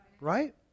right